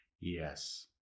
Yes